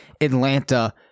Atlanta